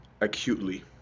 acutely